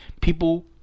People